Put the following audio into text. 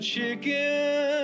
chicken